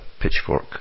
pitchfork